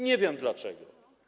Nie wiem dlaczego.